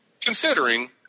considering –